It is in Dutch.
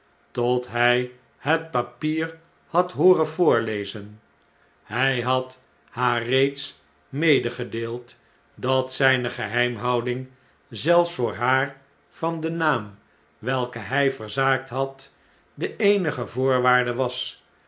tot hjj het papier had hooren voorlezen hjj had haar reeds medegedeeld dat zpe geheimhouding zelfs voor haar van den naam welken hij verzaakt had de eenige voorwaarde was